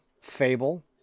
Fable